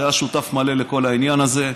שהיה שותף מלא לכל העניין הזה,